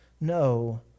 no